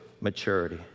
maturity